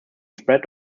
spread